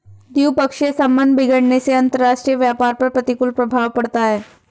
द्विपक्षीय संबंध बिगड़ने से अंतरराष्ट्रीय व्यापार पर प्रतिकूल प्रभाव पड़ता है